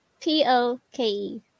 P-O-K-E